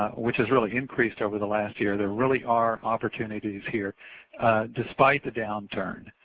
which is really increased over the last year, there really are opportunities here despite the downturn.